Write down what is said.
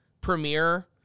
Premiere